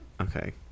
Okay